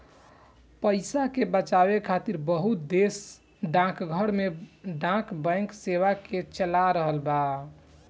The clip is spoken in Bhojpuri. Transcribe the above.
पइसा के बचावे खातिर बहुत देश डाकघर में डाक बैंक सेवा के चला रहल बा